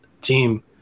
team